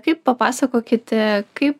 kaip papasakokite kaip